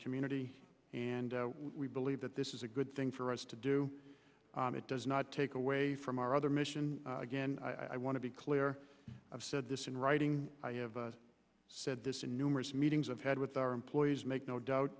community and we believe that this is a good thing for us to do and it does not take away from our other mission again i want to be clear i've said this in writing i have said this in numerous meetings i've had with our employees make no doubt